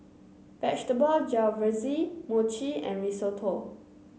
Vegetable Jalfrezi Mochi and Risotto